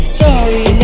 sorry